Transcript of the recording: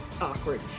awkward